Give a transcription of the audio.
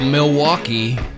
Milwaukee